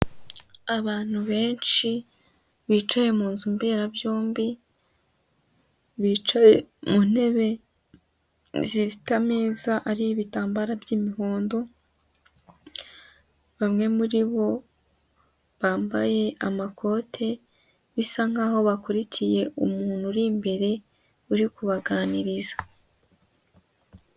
Abantu benshi, bicaye mu nzu mberabyombi bicaye mu ntebe zifite ameza ari ibitambaro by'imihondo, bamwe muri bo bambaye amakote bisa nk'aho bakurikiye umuntu uri imbere uri kubaganiriza.